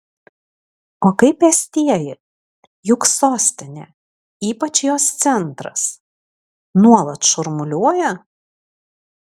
o kaip pėstieji juk sostinė ypač jos centras nuolat šurmuliuoja